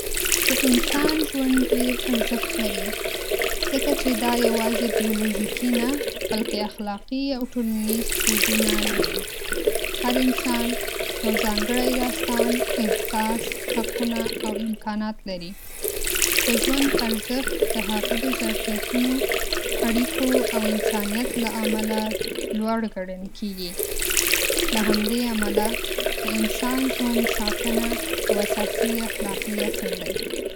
د انسان ژوند ډېر ارزښت لري، ځکه چې دا یواځې بیولوژیکي نه، بلکې اخلاقي او ټولنیز بعدونه لري. هر انسان یو ځانګړی داستان، احساس، حقونه او امکانات لري. د ژوند ارزښت د هغه د ظرفیتونو، اړیکو او انسانیت له امله لوړ ګڼل کېږي. له همدې امله د انسان ژوند ساتنه یو اساسي اخلاقي اصل دی.